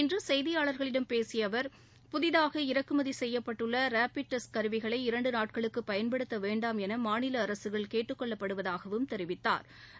இன்று செய்தியாளர்களிடம் பேசிய அவர் புதிதாக இறக்குமதி செய்யப்பட்டுள்ள ரேபிட் டெஸ்ட் கருவிகளை இரண்டு நாட்களுக்கு பயன்படுத்த வேண்டாம் என மாநில அரசுகள் கேட்டுக் கொள்ளப்படுவதாகவும் தெரிவித்தாா்